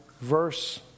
verse